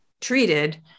treated